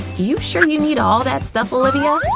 you sure you need all that stuff, olivia?